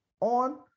on